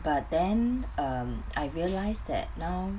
but then um I realised that now